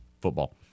football